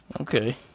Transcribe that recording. Okay